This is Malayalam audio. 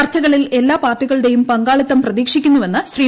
ചർച്ചകളിൽ ക്ട്ല്ലാ് പാർട്ടികളുടെയും പങ്കാളിത്തം പ്രതീക്ഷിക്കുന്നുവെന്ന് ശ്രീ